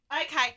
Okay